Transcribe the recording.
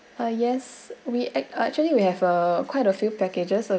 uh yes we act~ actually we have uh quite a few packages